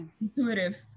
intuitive